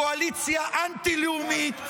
קואליציה אנטי-לאומית,